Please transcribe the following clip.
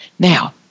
Now